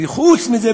וחוץ מזה,